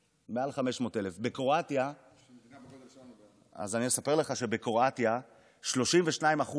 500,000. אספר לך שבקרואטיה 32%